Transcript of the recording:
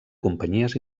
companyies